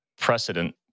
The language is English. precedent